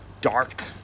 dark